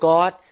God